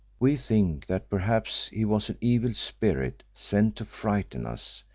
we think that perhaps he was an evil spirit sent to frighten us,